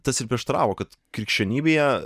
tas ir prieštaravo kad krikščionybėje